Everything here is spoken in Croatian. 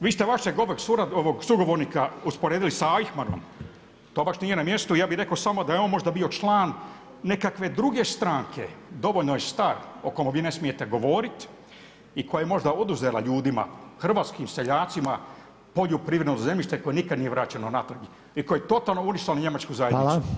Vi ste vašeg ovog sugovornika usporedili sa … to baš nije na mjestu, ja bi rekao samo da je on možda bio član nekakve druge stranke, dovoljno je star … ne smijete govoriti, i koja je možda oduzela ljudima, hrvatskim seljacima poljoprivredno zemljište koje nikad nije vraćeno natrag i koje je totalno uništilo njemačku zajednicu.